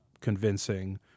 convincing